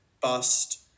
bust